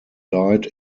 died